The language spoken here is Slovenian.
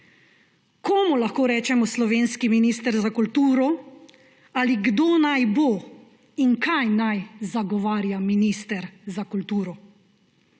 Komu lahko rečemo slovenski minister za kulturo ali kdo naj bo in kaj naj zagovarja minister za kulturo?